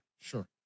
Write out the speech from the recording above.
Sure